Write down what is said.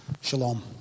Shalom